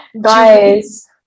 Guys